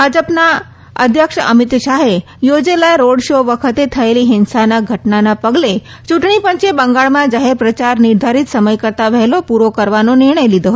ભાજપના અધ્યક્ષ અમિત શાહે યોજેલા રોડ શો વખતે થયેલી હિંસાના ઘટનાના પગલે ચૂંટણીપંચે બંગાળમાં જાહેર પ્રચાર નિર્ધારીત સમય કરતા વહેલો પૂરો કરવાનો નિર્ણય લીધો હતો